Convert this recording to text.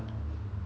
yeah